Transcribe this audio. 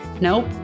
Nope